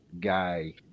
guy